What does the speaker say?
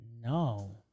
No